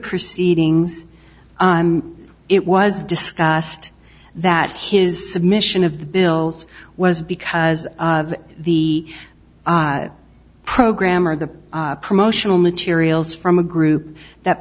proceedings on it was discussed that his submission of the bills was because of the program or the promotional materials from a group that